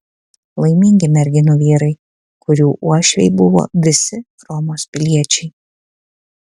laimingi merginų vyrai kurių uošviai buvo visi romos piliečiai